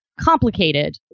complicated